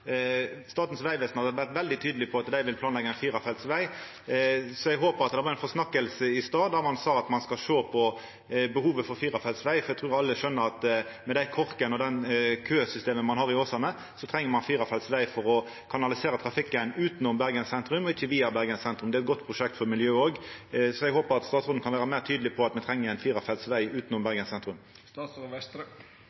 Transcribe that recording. Statens vegvesen har vore veldig tydelege på at dei vil planleggja ein firefelts veg, så eg håpar at det var ei forsnakking i stad då ein sa at ein skal sjå på behovet for firefelts veg. For eg trur alle skjønar at med dei korkane og det køsystemet ein har i Åsane, treng ein firefelts veg for å kanalisera trafikken utanom Bergen sentrum og ikkje via Bergen sentrum. Det er òg eit godt prosjekt for miljøet. Så eg håpar at statsråden kan vera meir tydeleg på at me treng ein firefelts veg utanom